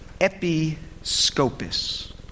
episcopus